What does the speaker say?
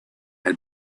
had